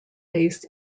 based